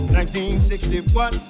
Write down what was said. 1961